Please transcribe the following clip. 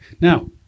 now